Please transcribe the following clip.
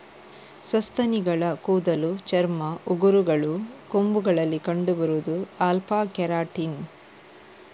ಸಸ್ತನಿಗಳ ಕೂದಲು, ಚರ್ಮ, ಉಗುರುಗಳು, ಕೊಂಬುಗಳಲ್ಲಿ ಕಂಡು ಬರುದು ಆಲ್ಫಾ ಕೆರಾಟಿನ್